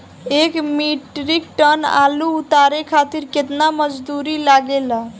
एक metric tonne आलू उतारे खातिर केतना मजदूरी लागेला?